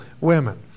women